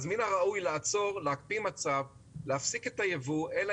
אז זה כבר לא ממצב של "..אוקיי אם